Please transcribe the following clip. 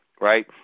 right